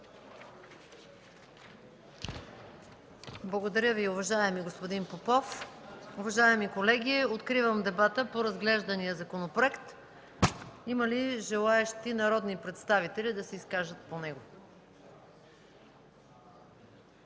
Благодаря, уважаеми господин Попов. Уважаеми колеги, откривам дебата по разглеждания законопроект. Има ли желаещи народни представители да се изкажат по него?